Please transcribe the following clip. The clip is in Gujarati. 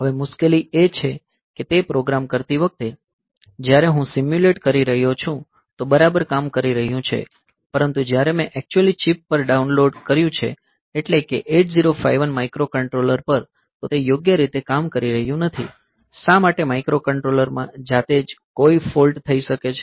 હવે મુશ્કેલી એ છે કે તે પ્રોગ્રામ કરતી વખતે જ્યારે હું સિમ્યુલેટ કરી રહ્યો છું તો તે બરાબર કામ કરી રહ્યું છે પરંતુ જ્યારે મેં એક્ચ્યુયલ ચિપ પર ડાઉનલોડ કર્યું છે એટલે કે 8051 માઇક્રોકન્ટ્રોલર પર તો તે યોગ્ય રીતે કામ કરી રહ્યું નથી શા માટે માઇક્રોકન્ટ્રોલરમાં જાતે જ કોઈ ફોલ્ટ થઈ શકે છે